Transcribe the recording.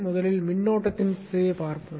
முதலில் மின்னோட்டத்தின் திசையைப் பார்ப்போம்